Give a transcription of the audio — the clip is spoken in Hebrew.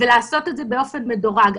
ולעשות את זה באופן מדורג.